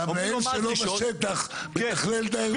המנהל שלו בשטח מתכלל את האירוע.